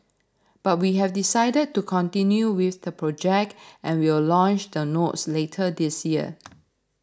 but we have decided to continue with the project and will launch the notes later this year